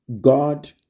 God